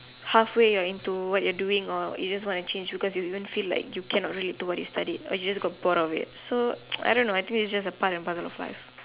half way you're into what you're doing or you just wanna change because you don't even feel like you can or even do what you study or you just got bored or it so I don't know I just think that it is just part and parcel of life